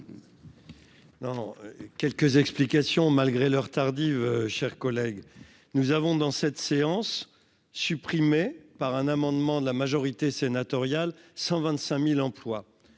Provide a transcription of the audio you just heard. quelques explications, malgré l'heure tardive, chers collègues, nous avons dans cette séance supprimé par un amendement de la majorité sénatoriale 125000 emplois